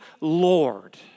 Lord